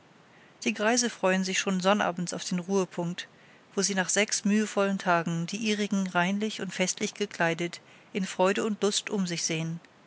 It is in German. die greise freuen sich schon sonnabends auf den ruhepunkt wo sie nach sechs mühevollen tagen die ihrigen reinlich und festlich gekleidet in freude und lust um sich sehen